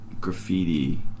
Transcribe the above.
graffiti